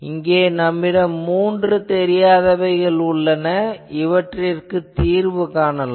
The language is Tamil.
இங்கே நம்மிடம் மூன்று தெரியாதவைகள் உள்ளன இவற்றிற்குத் தீர்வு காணலாம்